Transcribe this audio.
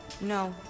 No